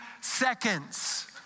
seconds